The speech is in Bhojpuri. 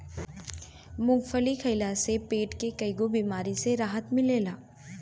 मूंगफली खइला से पेट के कईगो बेमारी से राहत मिलेला